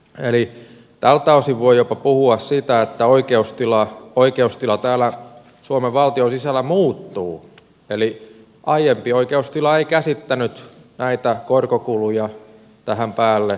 tältä osin voi jopa puhua siitä että oikeustila täällä suomen valtion sisällä muuttuu eli aiempi oikeustila ei käsittänyt näitä korkokuluja tähän päälle